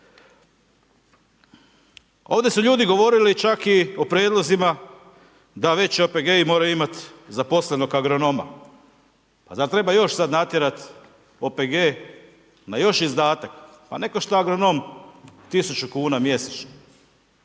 Ovdje su ljudi govorili čak i ok prijedlozima, da veći OPG-iji moraju imati zaposlenog agronoma. Pa zar treba još sada natjerati OPG na još izdatak. Pa ne košta agronom 100 kn mjesečno.